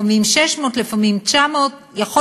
לפעמים 600 שקל ולפעמים 900 שקל,